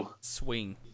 swing